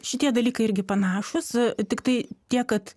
šitie dalykai irgi panašūs tiktai tiek kad